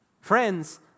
Friends